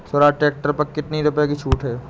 Swaraj tractor पर कितनी रुपये की छूट है?